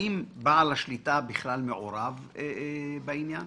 האם בעל השליטה מעורב בעניין,